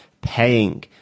paying